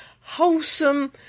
wholesome